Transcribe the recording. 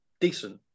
decent